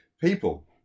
people